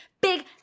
Big